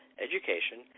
education